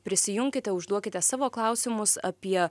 prisijunkite užduokite savo klausimus apie